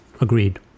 Agreed